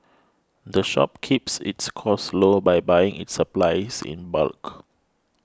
the shop keeps its costs low by buying its supplies in bulk